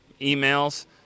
emails